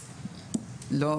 לא,